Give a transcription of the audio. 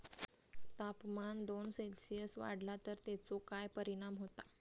तापमान दोन सेल्सिअस वाढला तर तेचो काय परिणाम होता?